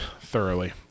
thoroughly